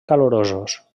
calorosos